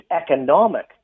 economic